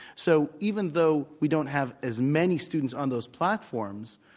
so even though we don't have as many students on those platforms,